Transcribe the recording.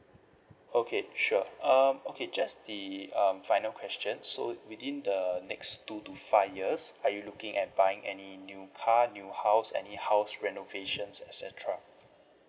okay sure um okay just the um final question so within the next two to five years are you looking at buying any new car new house any house renovations et cetera